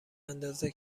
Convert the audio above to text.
اندازه